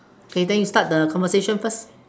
okay then you start the conversation first